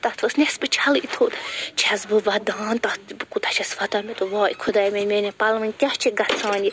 تَتھ ؤژھ نیٚصفہٕ چھَلٕے تھوٚد چھیٚس بہٕ وَدان تَتھ بہٕ کوٗتاہ چھیٚس ودان مےٚ دوٚپ واے خۄداے میٛانہِ میانیٚن پَلوَن کیٛاہ چھُ گژھان یہِ